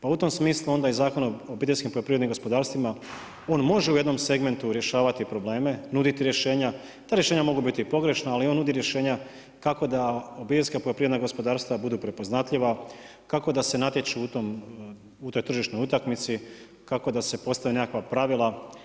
Pa u tom smislu i Zakon o obiteljskim poljoprivrednim gospodarstvima on može u jednom segmentu rješavati probleme, nuditi rješenja, ta rješenja mogu biti i pogrešna ali on nudi rješenja kako da obiteljska poljoprivredna gospodarstva budu prepoznatljiva, kako da se natječu u toj tržišnoj utakmici, kako da se postave nekakva pravila.